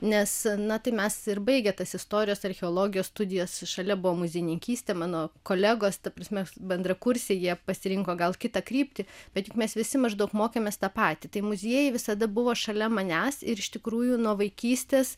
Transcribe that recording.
nes na tai mes ir baigę tas istorijos archeologijos studijas šalia buvo muziejininkystė mano kolegos ta prasme bendrakursiai jie pasirinko gal kitą kryptį bet juk mes visi maždaug mokėmės tą patį tai muziejai visada buvo šalia manęs ir iš tikrųjų nuo vaikystės